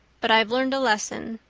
but i've learned a lesson.